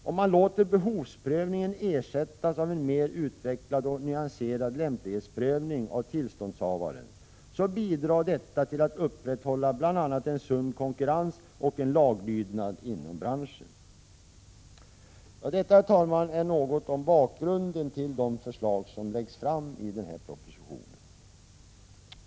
Om man låter behovsprövningen ersättas av en mer utvecklad och nyanserad lämplighetsprövning av tillståndshavaren, bidrar detta till att upprätthålla bl.a. sund konkurrens och laglydnad inom branschen. Detta, herr talman, är något om bakgrunden till de förslag som läggs fram i den här propositionen.